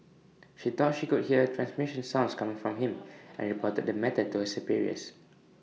she thought she could hear transmission sounds coming from him and reported the matter to her superiors